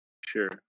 Sure